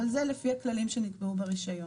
אבל זה לפי הכללים שנקבעו ברישיון.